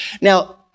Now